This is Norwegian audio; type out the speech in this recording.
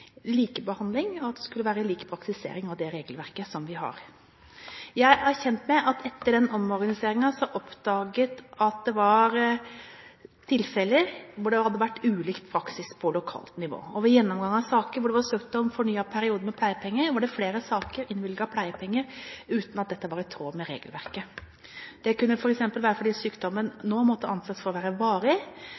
likebehandling og for at det skulle være lik praktisering av det regelverket vi har. Jeg er kjent med at man etter omorganiseringen oppdaget at det var tilfeller hvor det hadde vært ulik praksis på lokalt nivå. Ved gjennomgang av saker hvor det var søkt om fornyet periode med pleiepenger, var det i flere saker innvilget pleiepenger uten at dette var i tråd med regelverket. Dette kunne f.eks. være fordi sykdommen nå måtte anses for å være varig,